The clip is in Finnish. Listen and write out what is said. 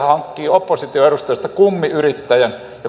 oppositioedustajista hankkii kummiyrittäjän